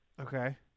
Okay